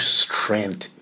strength